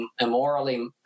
immorally